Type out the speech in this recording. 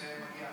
שמגיע לה.